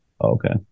Okay